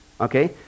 Okay